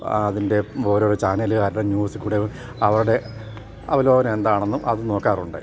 അതിൻ്റെ ഓരോ ചാനലുകാരുടെ ന്യൂസ് കൂടെ അവരുടെ അവലോനം എന്താണെന്നും അത് നോക്കാറുണ്ട്